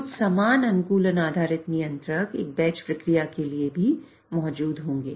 कुछ समान अनुकूलन आधारित नियंत्रक एक बैच प्रक्रिया के लिए भी मौजूद होंगे